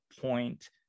point